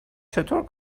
چطور